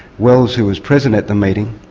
wells, who was present at the meeting,